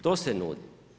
To se nudi.